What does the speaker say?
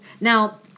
Now